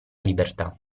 libertà